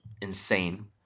insane